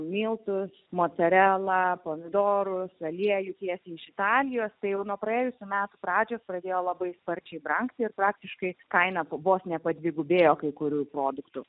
miltus mocarelą pomidorus aliejų tiesiai iš italijos jau nuo praėjusių metų pradžios pradėjo labai sparčiai brangti ir praktiškai kainų lubos nepadvigubėjo kai kurių produktų